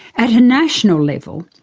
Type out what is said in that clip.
at a national level,